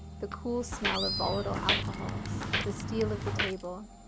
the cool smell of volatile alcohols. the steel of the table.